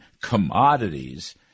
commodities